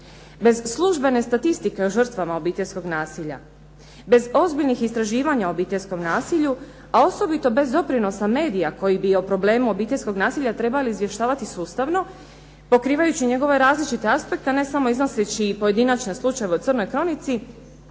bez službene statistike o žrtvama obiteljskog nasilja, bez ozbiljnih istraživanja o obiteljskom nasilju, a osobito bez doprinosa medija koji bi o problemu obiteljskog nasilja trebali izvještavati sustavno pokrivajući njegove različite aspekte, a ne samo iznoseći i pojedinačne slučajeve u crnoj kronici.